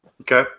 Okay